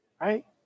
Right